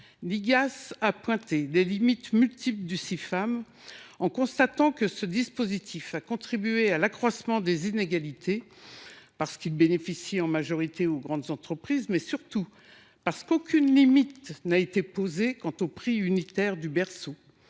les multiples limites du Cifam. Elle a constaté que ce dispositif avait contribué à l’accroissement des inégalités, parce qu’il bénéficie en majorité aux grandes entreprises, mais surtout parce qu’aucune limite n’a été posée quant au prix unitaire du berceau,